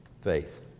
faith